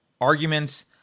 arguments